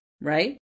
right